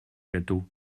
gâteaux